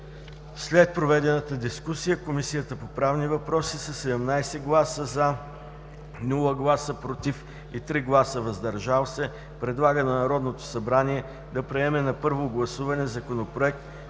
След проведената дискусия, Комисията по правни въпроси със 17 гласа „за”, 0 гласа „против“ и 3 гласа „въздържали се”, предлага на Народното събрание да приеме на първо гласуване Законопроект